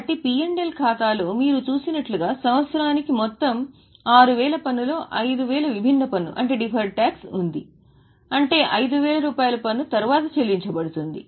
కాబట్టి P L ఖాతా లో మీరు చూసినట్లుగా సంవత్సరానికి మొత్తం 6000 పన్ను లో 5000 విభిన్న పన్ను ఉంది అంటే 5000 పన్ను తరువాత చెల్లించబడుతుంది